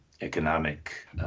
economic